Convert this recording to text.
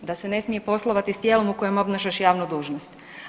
Da se ne smije poslovati s tijelom u kojem obnašaš javnu dužnost.